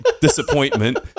disappointment